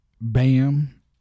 Bam